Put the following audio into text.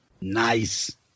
Nice